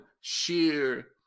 sheer